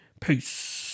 peace